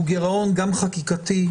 הוא גירעון חקיקתי,